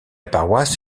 paroisse